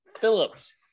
Phillips